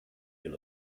den